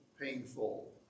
painful